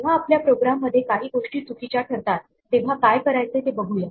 जेव्हा आपल्या प्रोग्राममध्ये काही गोष्टी चुकीच्या ठरतात तेव्हा काय करायचे ते बघूया